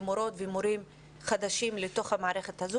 אפשר להחליף אותם במורות ומורים חדשים שייכנסו למערכת.